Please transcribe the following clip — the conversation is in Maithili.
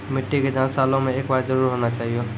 मिट्टी के जाँच सालों मे एक बार जरूर होना चाहियो?